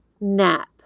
nap